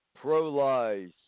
pro-lies